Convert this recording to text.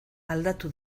aldatu